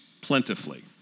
plentifully